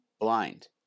blind